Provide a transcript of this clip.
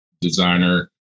designer